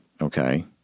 Okay